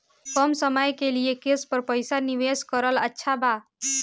कम समय के लिए केस पर पईसा निवेश करल अच्छा बा?